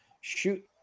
shoot